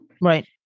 Right